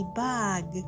bag